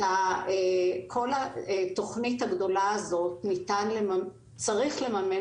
את כל התוכנית הגדולה הזאת צריך לממן